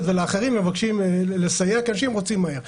ולאחרים שמבקשים לסייע כי אנשים רוצים לקבל תשובה מהר.